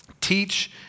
teach